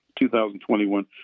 2021